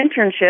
internship